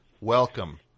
Welcome